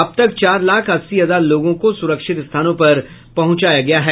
अब तक चार लाख अस्सी हजार लोगों को सुरक्षित स्थानों पर पहुंचाया गया है